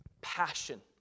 passion